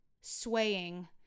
swaying